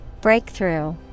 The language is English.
Breakthrough